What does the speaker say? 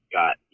got